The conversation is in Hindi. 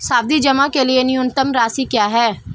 सावधि जमा के लिए न्यूनतम राशि क्या है?